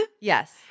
Yes